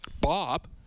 Bob